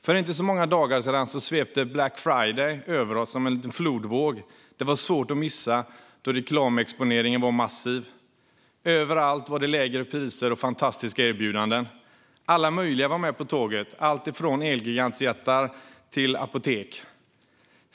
För inte så många dagar sedan svepte Black Friday över oss som en liten flodvåg. Det var svårt att missa, då reklamexponeringen var massiv. Överallt var det lägre priser och fantastiska erbjudanden, och alla möjliga var med på tåget - från elektronikjättar till apotek.